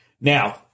Now